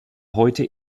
heute